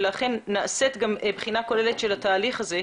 ולכן גם נעשית בחינה כוללת של התהליך הזה.